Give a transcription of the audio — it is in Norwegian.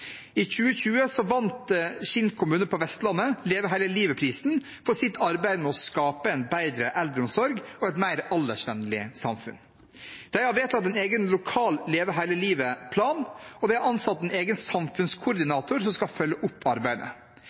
I 2020 vant Kinn kommune på Vestlandet Leve hele livet-prisen for sitt arbeid med å skape en bedre eldreomsorg og et mer aldersvennlig samfunn. De har vedtatt en egen lokal Leve hele livet-plan, og de har ansatt en egen samfunnskoordinator som skal følge opp arbeidet.